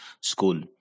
school